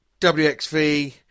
WXV